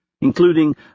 including